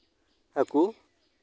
ᱦᱟᱹᱠᱩ